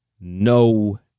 no